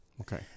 Okay